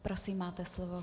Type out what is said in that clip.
Prosím, máte slovo.